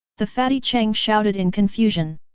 the fatty cheng shouted in confusion.